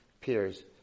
peers